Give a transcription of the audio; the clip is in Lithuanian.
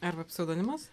arba pseudonimas